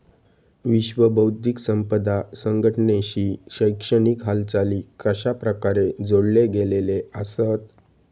विश्व बौद्धिक संपदा संघटनेशी शैक्षणिक हालचाली कशाप्रकारे जोडले गेलेले आसत?